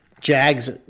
Jags